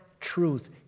truth